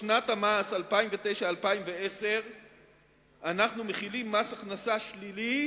בשנת המס 2009 2010 אנחנו מחילים מס הכנסה שלילי